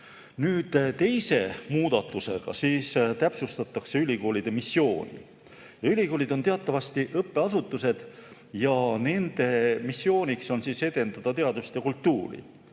Teise muudatusega täpsustatakse ülikoolide missiooni. Ülikoolid on teatavasti õppeasutused ja nende missiooniks on edendada teadust ja kultuuri.